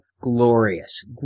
Glorious